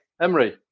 Emery